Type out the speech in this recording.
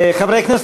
חברי הכנסת,